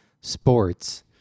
sports